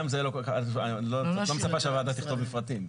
את לא מצפה שהוועדה תכתוב מפרטים.